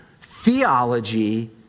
theology